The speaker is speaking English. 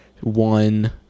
one